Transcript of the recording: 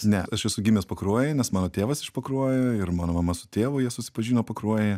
ne aš esu gimęs pakruojy nes mano tėvas iš pakruojo ir mano mama su tėvu jie susipažino pakruojyje